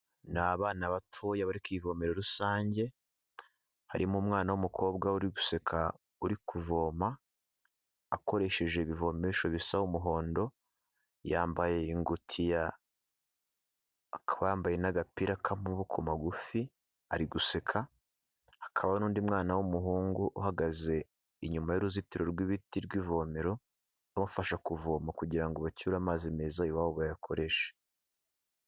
Ni abana batoya bari ku ivomero rusange. Harimo umwana w'umukobwa uri guseka uri kuvoma, akoresheje ibivomesho bisa umuhondo, yambaye ingutiya, akaba yambaye n'agapira k'amaboko magufi, ari guseka. Akaba n'undi mwana w'umuhungu, uhagaze inyuma y'uruzitiro rw'ibiti rw'ivomero, abafasha kuvoma kugira bacyure amazi meza iwabo bayakoreshe.